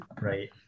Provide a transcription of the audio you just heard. Right